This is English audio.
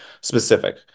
specific